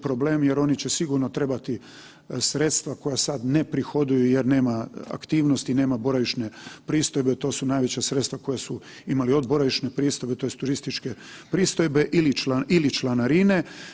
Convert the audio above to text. problem jer oni će sigurno trebati sredstva koja sad ne uprihoduju jer nema aktivnosti, nema boravišne pristojbe, to su najveća sredstva koja su imali od boravišne pristojbe tj. turističke pristojbe ili članarine.